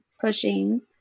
pushing